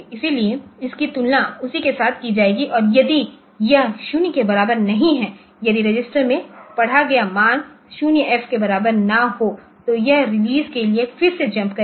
इसलिए इसकी तुलना उसी के साथ की जाएगी और यदि यह 0 के बराबर नहीं हैयदि रजिस्टर में पढ़ा गया मान 0 FH के बराबर न हो तो यह रिलीज के लिए फिर से जम्प करेगा